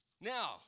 Now